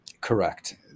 Correct